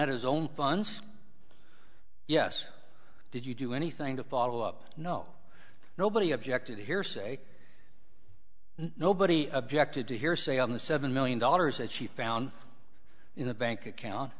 funds yes did you do anything to follow up no nobody objected to hearsay nobody objected to hearsay on the seven million dollars that she found in the bank account